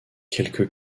quelque